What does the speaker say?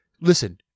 listen